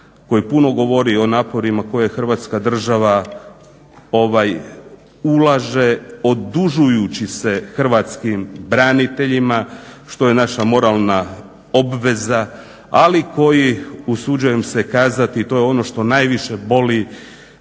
koje puno govori o naporima koje Hrvatska država ulaže odužujući se hrvatskim braniteljima što je naša moralna obveza, ali koji usuđujem se kazati i to je ono što najviše boli